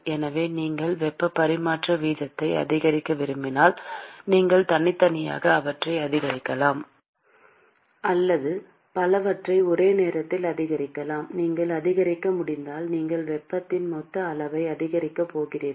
எனவே நீங்கள் வெப்ப பரிமாற்ற வீதத்தை அதிகரிக்க விரும்பினால் நீங்கள் தனித்தனியாக அவற்றை அதிகரிக்கலாம் அல்லது பலவற்றை ஒரே நேரத்தில் அதிகரிக்கலாம் நீங்கள் அதிகரிக்க முடிந்தால் நீங்கள் வெப்பத்தின் மொத்த அளவை அதிகரிக்கப் போகிறீர்கள்